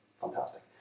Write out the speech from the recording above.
fantastic